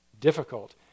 difficult